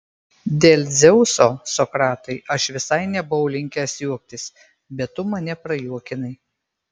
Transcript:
dėl dzeuso sokratai aš visai nebuvau linkęs juoktis bet tu mane prajuokinai